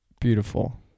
beautiful